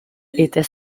était